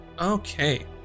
Okay